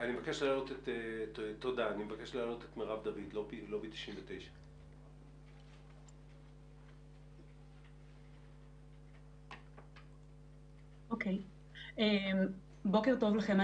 אני מבקש להעלות את מירב דוד מלובי 99. בוקר טוב לכם.